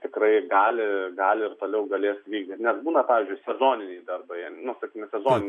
tikrai gali gali ir toliau galės vykdyt nes būna pavyzdžiui sezoniniai darbai nu sakykime sezoniniai